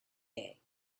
day